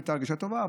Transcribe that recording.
שתהיה הרגשה טובה.